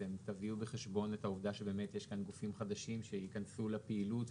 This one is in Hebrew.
אתם תביאו בחשבון את העובדה שבאמת יש כאן גופים חדשים שייכנסו לפעילות?